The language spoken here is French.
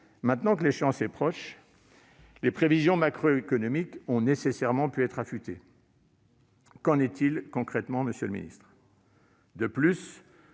maintenant que l'échéance est proche, les prévisions macroéconomiques ont nécessairement pu être affutées. Qu'en est-il concrètement ? Outre